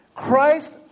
Christ